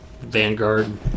Vanguard